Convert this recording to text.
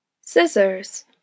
Scissors